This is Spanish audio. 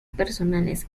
personales